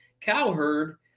Cowherd